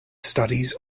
studies